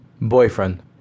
Boyfriend